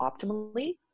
optimally